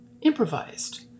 Improvised